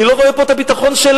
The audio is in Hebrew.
אני לא רואה פה את הביטחון שלנו.